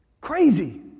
Crazy